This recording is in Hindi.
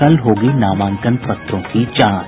कल होगी नामांकन पत्रों की जांच